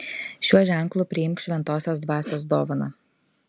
šiuo ženklu priimk šventosios dvasios dovaną